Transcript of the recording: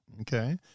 Okay